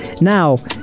Now